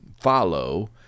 follow